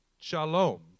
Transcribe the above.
shalom